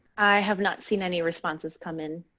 i have not seen any responses come in.